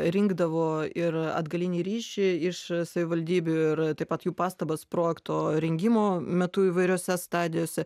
rinkdavo ir atgalinį ryšį iš savivaldybių ir taip pat jų pastabas projekto rengimo metu įvairiose stadijose